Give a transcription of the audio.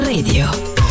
Radio